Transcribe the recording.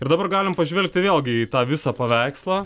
ir dabar galim pažvelgti vėl gi į tą visą paveikslą